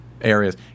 areas